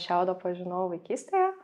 šiaudą pažinau vaikystėje